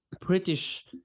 British